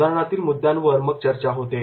या उदाहरणातील मुद्द्यांवर मग चर्चा होते